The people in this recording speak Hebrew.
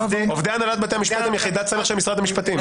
עובדי הנהלת בתי המשפט הם יחידת סמך של משרד המשפטים.